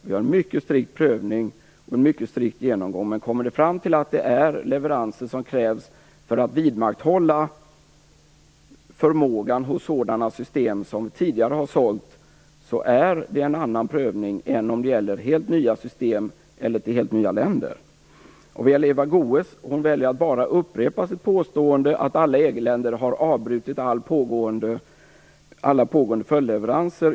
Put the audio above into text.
Det sker en mycket strikt prövning och en mycket strikt genomgång, men kommer man fram till att det gäller leveranser som krävs för att vidmakthålla förmågan hos sådana system som vi tidigare har sålt är det en annan prövning än om det gäller helt nya system eller leveranser till helt nya länder. Eva Goës väljer att bara upprepa sitt påstående att alla EG-länder har avbrutit alla pågående följdleveranser.